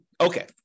Okay